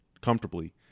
comfortably